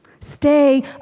Stay